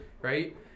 Right